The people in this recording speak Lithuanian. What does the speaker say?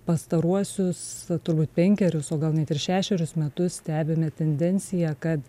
pastaruosius turbūt penkerius o gal net ir šešerius metus stebime tendenciją kad